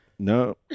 No